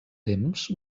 temps